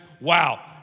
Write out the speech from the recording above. wow